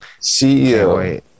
CEO